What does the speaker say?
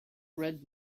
red